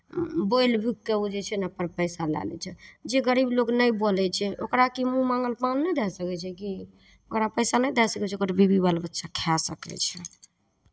बोलि भुकि कऽ ओ जे छै ने अपन पैसा लऽ लै छै जे गरीब लोक नहि बोलै छै ओकरा कि मूँह माङ्गल काम नहि दए सकै छै की ओकरा पैसा नहि दए सकै छै ओकर बीवी बाल बच्चा खाए सकै छै